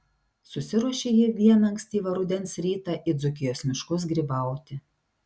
susiruošė ji vieną ankstyvą rudens rytą į dzūkijos miškus grybauti